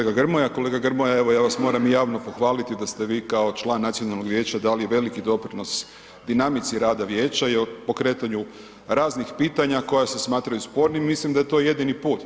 Hvala kolega Grmoja, kolega Grmoja evo ja vas moram i javno pohvaliti da ste vi kao član nacionalnog vijeća dali veliki doprinos dinamici rada vijeća i o pokretanju raznih pitanja koja se smatraju spornim, mislim da je to jedini put.